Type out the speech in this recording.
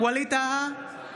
ווליד טאהא,